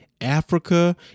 Africa